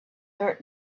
heard